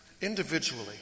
individually